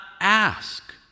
ask